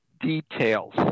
details